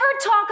talk